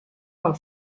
del